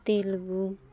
Telugu